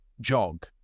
jog